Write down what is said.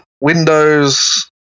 Windows